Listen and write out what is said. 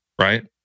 right